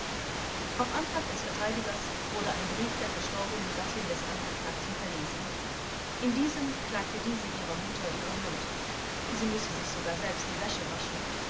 auf antrag des verteidigers wurde ein brief der verstorbenen gattin des angeklagten verlesen in diesem klagte diese ihrer mutter ihre not sie müsse sich sogar selbst die wäsche waschen